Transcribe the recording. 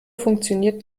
funktioniert